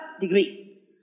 degree